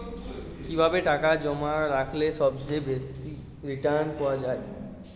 কিভাবে টাকা জমা রাখলে সবচেয়ে বেশি রির্টান পাওয়া য়ায়?